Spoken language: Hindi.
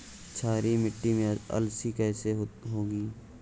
क्षारीय मिट्टी में अलसी कैसे होगी?